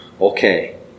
Okay